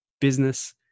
business